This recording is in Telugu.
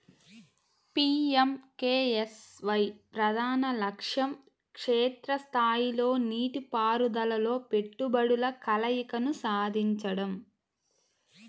పి.ఎం.కె.ఎస్.వై ప్రధాన లక్ష్యం క్షేత్ర స్థాయిలో నీటిపారుదలలో పెట్టుబడుల కలయికను సాధించడం